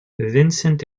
vincent